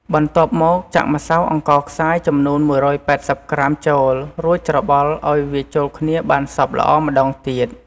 បន្ទាប់មកចាក់ម្សៅអង្ករខ្សាយចំនួន១៨០ក្រាមចូល រួចច្របល់ឲ្យវាចូលគ្នាបានសព្វល្អម្ដងទៀត។